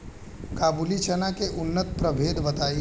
काबुली चना के उन्नत प्रभेद बताई?